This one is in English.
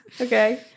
okay